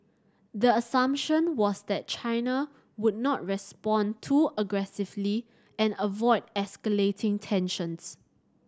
the assumption was that China would not respond too aggressively and avoid escalating tensions